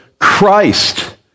Christ